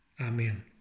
Amen